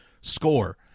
score